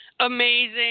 amazing